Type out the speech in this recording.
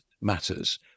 matters